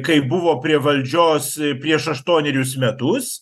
kai buvo prie valdžios prieš aštuonerius metus